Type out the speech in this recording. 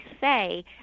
say